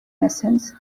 essence